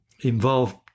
involved